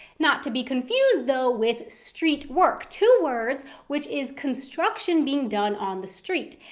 not to be confused, though with street work two words which is construction being done on the street.